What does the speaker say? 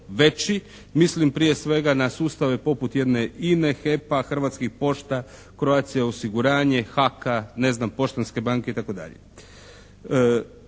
veći. Mislim prije svega na sustave poput jedne INA-e, HEP-a, Hrvatskih pošta, Croatia osiguranje, HAK-a, ne znam, Poštanske banke, itd.